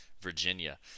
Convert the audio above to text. Virginia